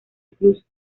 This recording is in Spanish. cruz